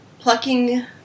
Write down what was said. plucking